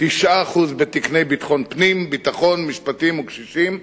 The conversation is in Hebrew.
9% בתקני ביטחון פנים, ביטחון, משפטים וקשישים,